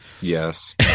Yes